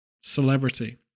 celebrity